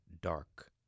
dark